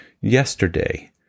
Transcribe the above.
yesterday